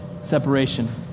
separation